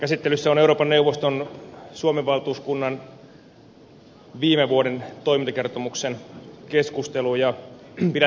käsittelyssä on euroopan neuvoston suomen valtuuskunnan viime vuoden toimintakertomuksen keskustelu